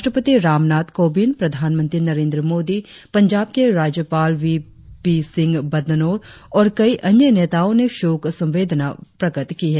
राष्ट्रपति रामनाथ कोविंद प्रधानमंत्री नरेंद्र मोदी पंजाब के राज्यपाल वी पी सिंह बदनौर और कई अन्य नेताओ ने शोक संवेदना प्रकट की है